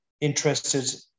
interested